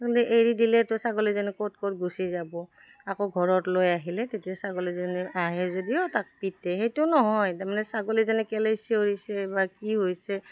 মানে এৰি দিলেতো ছাগলীজনী ক'ত ক'ত গুচি যাব আকৌ ঘৰত লৈ আহিলে তেতিয়া ছাগলীজনী আহে যদিও তাক পিতে সেইটো নহয় তাৰমানে ছাগলীজনী কেলে চিঞৰিছে বা কি হৈছে